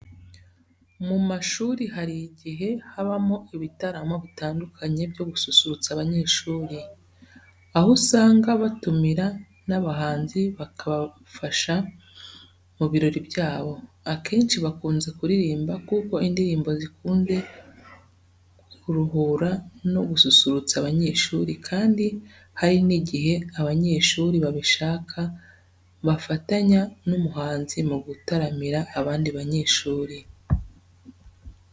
Mu mashuri hari igihe habamo ibitaramo bitandukanye byo gususurutsa abanyeshuri, aho usanga batumira n'abahanzi bakabafasha mu birori byabo. Akenshi bakunze kuririmba kuko indirimbo zikunze kuruhura no gususurutsa abanyeshuri kandi hari n'igihe abanyeshuri babishaka bafatanya n'umuhanzi mu gutaramira abandi banyeshuri.